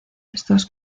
estos